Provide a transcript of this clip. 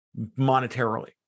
monetarily